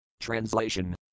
Translation